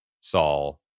Saul